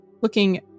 looking